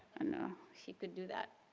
ah know, she could do that.